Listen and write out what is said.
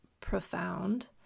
profound